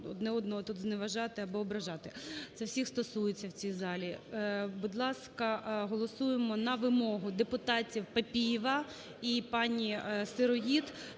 один одного тут зневажати або ображати. Це всіх стосується в цій залі. Будь ласка, голосуємо на вимогу депутатів Папієва і пані Сироїд